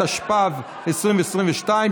התשפ"ב 2022,